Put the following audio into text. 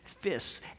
fists